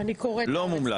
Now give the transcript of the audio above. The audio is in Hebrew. לא מומלץ,